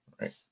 Right